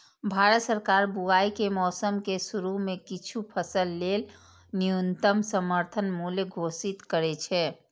भारत सरकार बुआइ के मौसम के शुरू मे किछु फसल लेल न्यूनतम समर्थन मूल्य घोषित करै छै